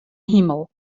himel